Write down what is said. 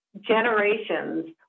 generations